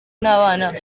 n’abana